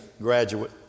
graduate